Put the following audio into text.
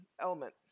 element